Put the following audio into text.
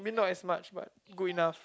not as much but good enough